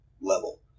level